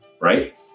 right